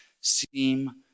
seem